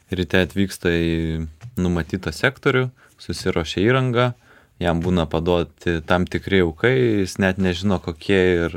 ryte atvyksta į numatytą sektorių susiruošia įrangą jam būna paduoti tam tikri jaukai jis net nežino kokie ir